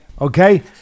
okay